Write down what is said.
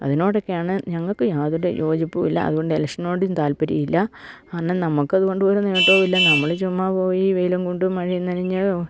അതിനോടൊക്കെയാണ് ഞങ്ങൾക്ക് യാതൊരു യോജിപ്പും ഇല്ല അതുകൊണ്ട് ഇലക്ഷനോടും താൽപര്യല്ല കാരണം നമുക്ക് അതുകൊണ്ട് ഒര് നേട്ടവും ഇല്ല നമ്മള് ചുമ്മാ പോയി വെയിലും കൊണ്ടും മഴയും നനഞ്ഞ്